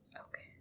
Okay